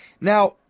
Now